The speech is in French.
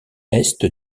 est